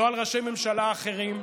לא על ראשי ממשלה אחרים.